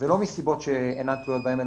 ולא מסיבות שאינן תלויות בהן,